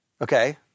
Okay